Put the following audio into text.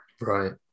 Right